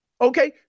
Okay